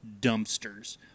dumpsters